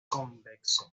convexo